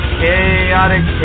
Chaotic